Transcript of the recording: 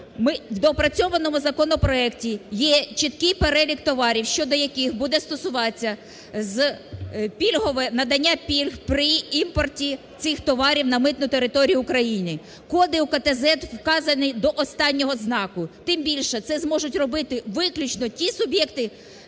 В доопрацьованому законопроекті є чіткий перелік товарів щодо яких буде стосуватись пільгове, надання пільг при імпорті цих товарів на митну територію України. Коди УКТЗЕД вказані до останнього знаку, тим більше, це зможуть робити виключно ті суб'єкти